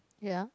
yeah